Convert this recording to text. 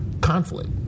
conflict